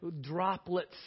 droplets